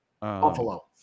Buffalo